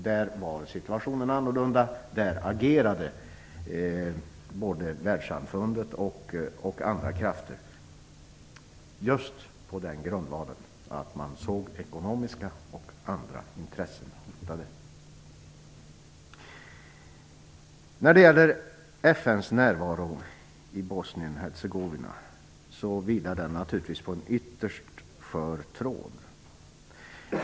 Där var situationen annorlunda, och där agerade både världssamfundet och andra krafter, just på den grundvalen att man såg att ekonomiska och andra intressen var hotade. FN:s närvaro i Bosnien-Hercegovina vilar naturligtvis på en ytterst skör tråd.